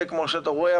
וכמו שאתה רואה,